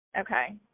Okay